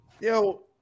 Yo